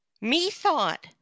Methought